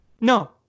No